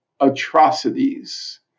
Atrocities